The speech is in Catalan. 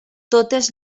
totes